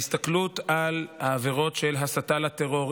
ההסתכלות על העבירות של הסתה לטרור,